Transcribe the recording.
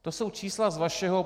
To jsou čísla z vašeho...